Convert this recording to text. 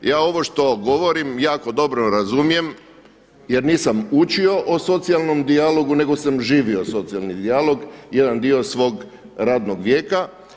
Ja ovo što govorim jako dobro razumijem, jer nisam učio o socijalnom dijalogu nego sam živio socijalni dijalog jedan dio svog radnog vijeka.